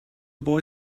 boy